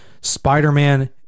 Spider-Man